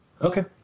Okay